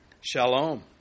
Shalom